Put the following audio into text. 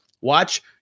Watch